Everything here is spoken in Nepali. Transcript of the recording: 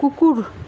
कुकुर